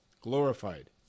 glorified